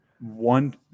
One